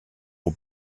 aux